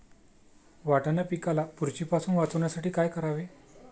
वाटाणा पिकाला बुरशीपासून वाचवण्यासाठी काय करावे?